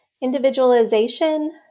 individualization